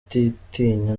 kutitinya